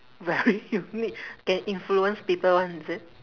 very unique can influence people [one] is it